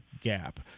gap